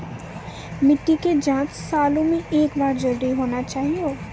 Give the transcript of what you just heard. मिट्टी के जाँच सालों मे एक बार जरूर होना चाहियो?